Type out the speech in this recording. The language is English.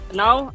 now